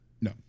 no